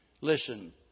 Listen